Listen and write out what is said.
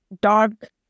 dark